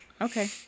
Okay